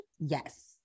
Yes